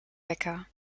wecker